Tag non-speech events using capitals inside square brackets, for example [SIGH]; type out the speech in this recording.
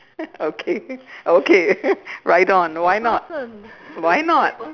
[LAUGHS] okay okay [LAUGHS] ride on why not why not